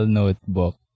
notebook